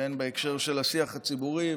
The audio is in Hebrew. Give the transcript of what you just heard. וכן בהקשר של השיח הציבורי,